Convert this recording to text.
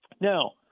now